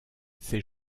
ces